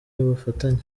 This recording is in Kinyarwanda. y’ubufatanye